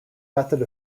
method